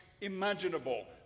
imaginable